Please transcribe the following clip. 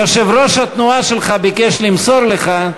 יושב-ראש התנועה שלך ביקש למסור לך,